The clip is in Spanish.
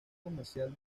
comercial